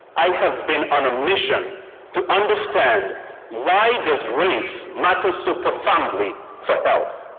i have been on a mission to understand why does race matter super friendly for health